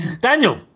Daniel